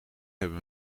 hebben